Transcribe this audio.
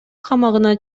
камагына